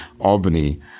Albany